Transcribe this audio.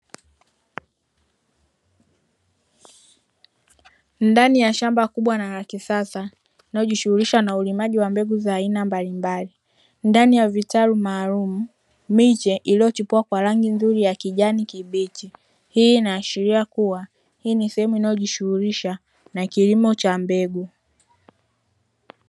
Ndani ya shamba kubwa na la kisasa linalojishughulisha na ulimaji wa mbegu za aina mbalimbali, ndani ya vitaru maalumu miche iliyochipua kwa rangi nzuri ya kijani kibichi. Hii inaashiria kuwa hii ni sehemu inayojishughulisha na kilimo cha mbegu.